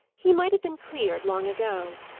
he might have been cleared long ago.